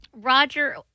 Roger